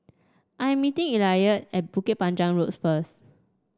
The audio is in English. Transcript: I am meeting Eliot at Bukit Panjang Road first